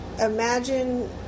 Imagine